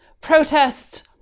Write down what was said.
protests